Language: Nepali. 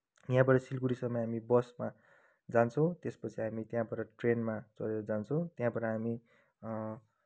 यहाँबाट सिलगढीसम्म हामी बसमा जान्छौँ त्यसपछि हामी त्यहाँबाट ट्रेनमा चढेर जान्छौँ त्यहाँबाट हामी